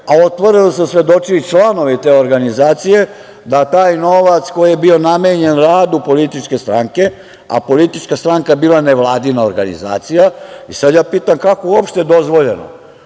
a otvoreno su svedočili članovi te organizacije, da taj novac koji je bio namenjen radu političke stranke, a politička stranka je bila nevladina organizacija… Sada ja pitam kako je uopšte dozvoljeno